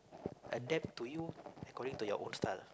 adapt to you according to your own style